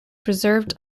preserved